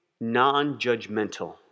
non-judgmental